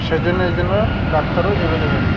সেই জন্য এই জন্য ডাক্তারও অ্যাভেলেবেল